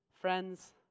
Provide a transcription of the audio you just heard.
friends